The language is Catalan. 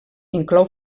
inclou